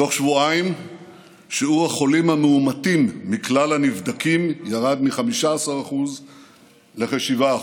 תוך שבועיים שיעור החולים המאומתים מכלל הנבדקים ירד מ-15% לכ-7%.